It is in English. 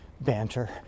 banter